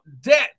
debt